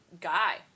guy